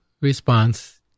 response